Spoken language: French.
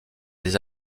les